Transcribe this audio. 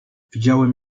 widziałem